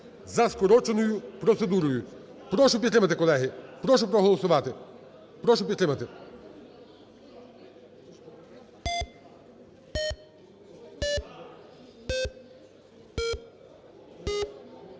за скороченою процедурою. Прошу підтримати, колеги. Прошу проголосувати. Прошу підтримати.